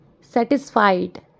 satisfied